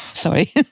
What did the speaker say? sorry